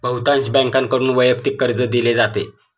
बहुतांश बँकांकडून वैयक्तिक कर्ज दिले जाते